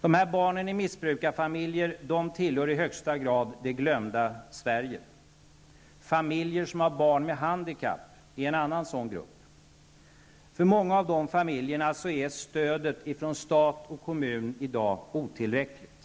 Barn i missbrukarfamiljer tillhör i högsta grad det glömda Sverige. Familjer som har barn med handikapp är en annan sådan grupp. För många av de familjerna är stödet ifrån stat och kommun otillräckligt i dag.